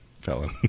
felon